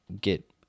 get